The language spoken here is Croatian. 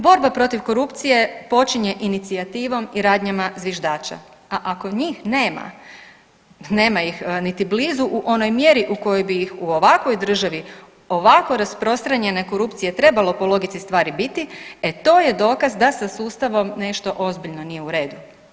Borba protiv korupcije počinje inicijativom i radnjama zviždača, a ako njih nema, nema ih niti blizu u onoj mjeri u kojoj bi ih, u ovakvoj državi, ovako rasprostranjene korupcije trebalo po logici stvari biti, e to je dokaz da sa sustavom nešto ozbiljno nije u redu.